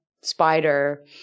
spider